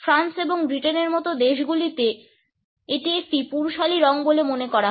France এবং ব্রিটেনের মতো দেশগুলিতে এটি একটি পুরুষালি রঙ বলে মনে করা হয়